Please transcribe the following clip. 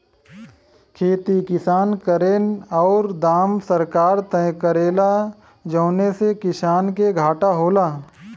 खेती किसान करेन औरु दाम सरकार तय करेला जौने से किसान के घाटा होला